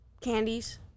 candies